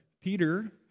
Peter